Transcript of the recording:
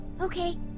Okay